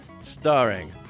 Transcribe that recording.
Starring